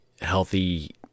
healthy